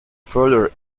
further